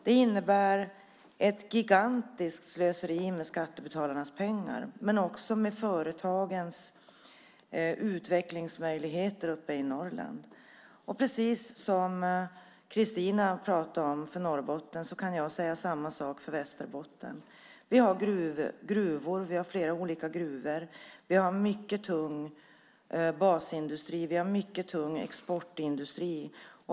Det innebär ett gigantiskt slöseri med skattebetalarnas pengar, men också med företagens utvecklingsmöjligheter uppe i Norrland. Precis det Kristina sade om Norrbotten kan jag säga om Västerbotten. Vi har flera olika gruvor. Vi har mycket tung basindustri. Vi har mycket tung exportindustri.